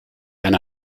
denn